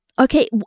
Okay